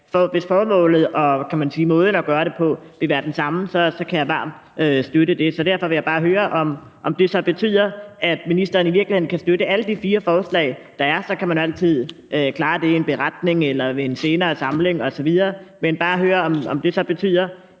Hvis formålet og måden at gøre det på vil være den samme, kan jeg varmt støtte det, så derfor vil jeg bare høre, om det så betyder, at ministeren i virkeligheden kan støtte alle de fire forslag, der er. Så kan man altid klare det i en beretning eller i en senere samling osv. Men jeg vil bare høre, om det,